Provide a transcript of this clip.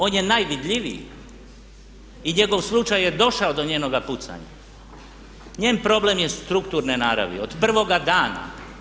On je najvidljiviji i njegov slučaj je došao do njenoga pucanja, njen problem je strukturne naravi od prvoga dana.